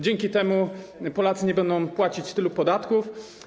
Dzięki temu Polacy nie będą płacić tylu podatków.